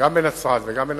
גם בנצרת וגם בנצרת-עילית,